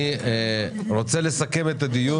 אני רוצה לסכם את הדיון.